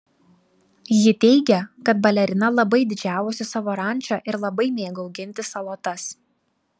ji teigia kad balerina labai didžiavosi savo ranča ir labai mėgo auginti salotas